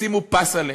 שימו פס עליהם,